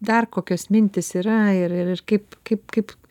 dar kokios mintys yra ir ir kaip kaip kaip